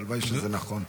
הלוואי שזה נכון.